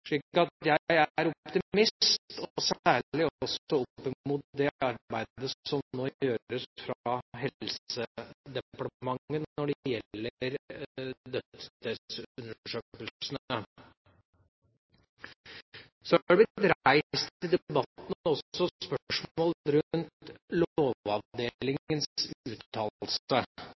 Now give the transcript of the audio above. jeg er optimist, særlig opp mot det arbeidet som gjøres fra Helsedepartementet når det gjelder dødsstedsundersøkelsene. Det er også i debatten blitt reist spørsmål rundt Lovavdelingens uttalelse.